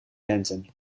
venten